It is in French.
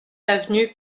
avenue